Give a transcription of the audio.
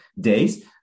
days